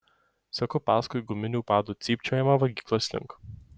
seku paskui guminių padų cypčiojimą valgyklos link